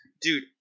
Dude